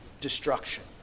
destruction